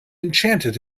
enchanted